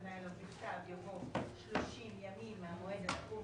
פנה אליו בכתב" יבוא "30 ימים מהמועד הנקוב